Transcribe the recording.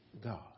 God